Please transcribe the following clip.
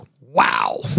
wow